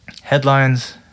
headlines